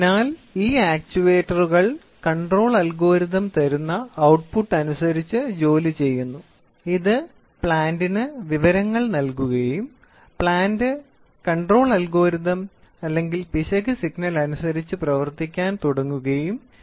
അതിനാൽ ഈ ആക്ചുവേറ്ററുകൾ കൺട്രോൾ അൽഗോരിതം തരുന്ന ഔട്ട്പുട്ട് അനുസരിച്ചു ജോലി ചെയ്യുന്നു ഇത് പ്ലാന്റിന് വിവരങ്ങൾ നൽകുകയും പ്ലാന്റ് കൺട്രോൾ അൽഗോരിതം പിശക് സിഗ്നൽ അനുസരിച്ച് പ്രവർത്തിക്കാൻ തുടങ്ങുകയും ചെയ്യുന്നു